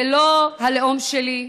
זה לא הלאום שלי,